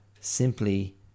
simply